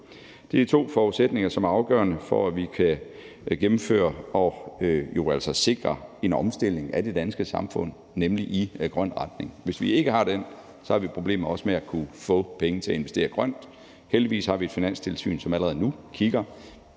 Det er to forudsætninger, som er afgørende for, at vi kan gennemføre og altså sikre en omstilling af den danske samfund, nemlig i en grøn retning. Hvis vi ikke har det, har vi også problemer med at kunne få penge til at investere grønt. Heldigvis har vi et finanstilsyn, som allerede nu kigger